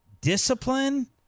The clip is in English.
discipline